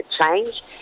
change